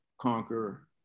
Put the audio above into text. conquer